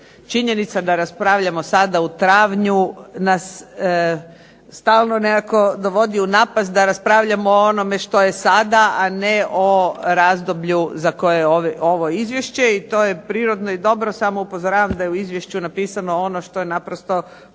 činjenica da raspravljamo sada u travnju nas stalno nekako dovodi u napast da raspravljamo o onome što je sada, a ne o razdoblju za koje je ovo izvješće i to je prirodno i dobro. Samo upozoravam da je u izvješću napisano ono što je naprosto